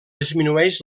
disminueix